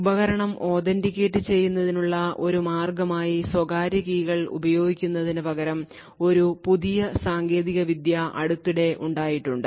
ഉപകരണം authenticate ചെയ്യുതിനുള്ള ഒരു മാർഗമായി സ്വകാര്യ കീഗൾ ഉപയോഗിക്കുന്നതിന് പകരം ഒരു പുതിയ സാങ്കേതിക വിദ്യ അടുത്തിടെ ഉണ്ടായിട്ടുണ്ട്